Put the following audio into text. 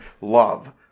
love